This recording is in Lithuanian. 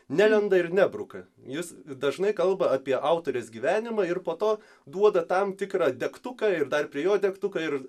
nelenda ir nebruka jūs dažnai kalba apie autorės gyvenimą ir po to duoda tam tikrą degtuką ir dar prie jo degtuką ir